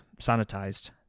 sanitized